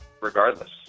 regardless